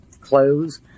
clothes